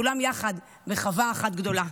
כולם יחד בחווה אחת גדולה.